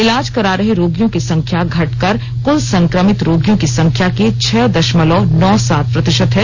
इलाज करा रहे रोगियों की संख्या घटकर कुल संक्रमित रोगियों की संख्या के छह दशमलव नौ सात प्रतिशत हैं